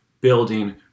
building